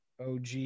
OG